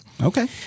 Okay